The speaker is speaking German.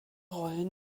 rollen